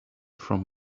from